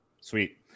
Sweet